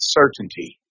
certainty